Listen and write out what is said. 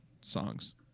songs